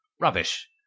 Rubbish